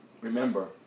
Remember